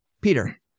Peter